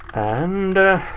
and!